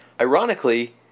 Ironically